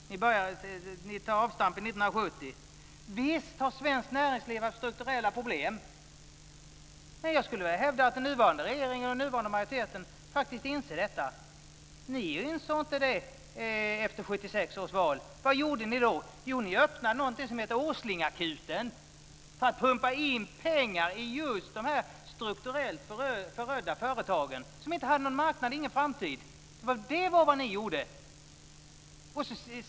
Ni tar avstamp 1970. Visst har svenskt näringsliv haft strukturella problem. Men jag skulle vilja hävda att den nuvarande regeringen och den nuvarande majoriteten faktiskt inser detta. Ni insåg inte det efter 1976 års val. Vad gjorde ni då? Jo, ni öppnade någonting som hette Åslingakuten för att pumpa in pengar i just de strukturellt förödda företag som inte hade någon marknad eller någon framtid. Det var vad ni gjorde.